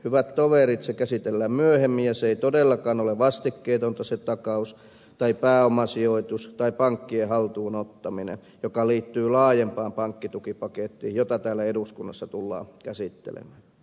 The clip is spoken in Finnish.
hyvät toverit se käsitellään myöhemmin ja se ei todellakaan ole vastikkeetonta se takaus tai pääomasijoitus tai pankkien haltuun ottaminen joka liittyy laajempaan pankkitukipakettiin jota täällä eduskunnassa tullaan käsittelemään